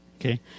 Okay